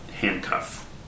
handcuff